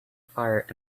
fires